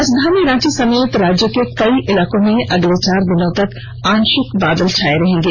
राजधानी रांची समेत राज्य के कई इलाकों में अगले चार दिनों तक आंशिक बादल छाए रहेंगे